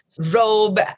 robe